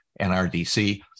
NRDC